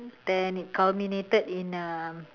then it culminated in uh